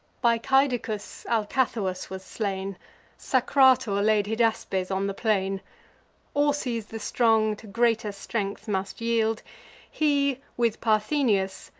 by caedicus, alcathous was slain sacrator laid hydaspes on the plain orses the strong to greater strength must yield he, with parthenius,